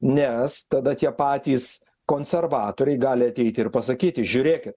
nes tada tie patys konservatoriai gali ateiti ir pasakyti žiūrėkit